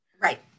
Right